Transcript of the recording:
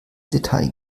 detail